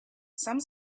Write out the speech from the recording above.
some